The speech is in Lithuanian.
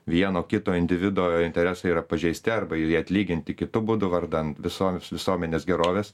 vieno kito individo interesai yra pažeisti arba jie atlyginti kitu būdu vardan visoms visuomenės gerovės